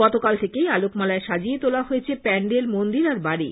গতকাল থেকেই আলোকমালায় সাজিয়ে তোলা হয়েছে প্যান্ডেল মন্দির আর বাড়ি